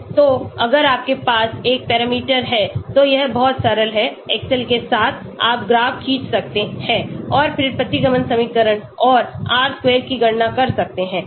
तो अगर आपके पास एक पैरामीटर है तो यह बहुत सरल है एक्सेल के साथ आप ग्राफ खींच सकते हैं और फिर प्रतिगमन समीकरण और R square की गणना कर सकते हैं